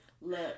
look